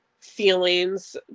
feelings